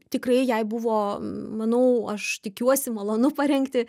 tikrai jai buvo manau aš tikiuosi malonu parengti